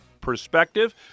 Perspective